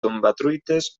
tombatruites